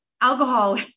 alcohol